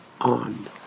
on